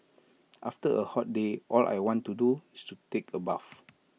after A hot day all I want to do is to take A bath